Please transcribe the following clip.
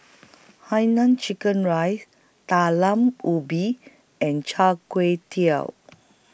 Hai Nam Chicken Rice Talam Ubi and Char Kway Teow